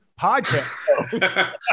podcast